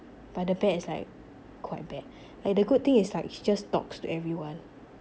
but the bad is like quite bad and the good thing is she just talks to everyone